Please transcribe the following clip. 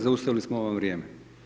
Zaustavili smo vam vrijeme.